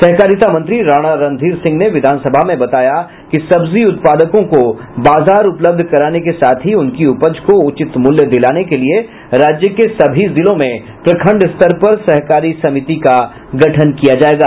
सहकारिता मंत्री राणा रणधीर सिंह ने विधानसभा में बताया कि सब्जी उत्पादकों को बाजार उपलब्ध कराने के साथ ही उनकी उपज को उचित मूल्य दिलाने के लिए राज्य के सभी जिलों में प्रखंड स्तर पर सहकारी समिति का गठन किया जाएगा